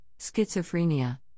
schizophrenia